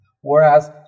Whereas